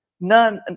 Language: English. none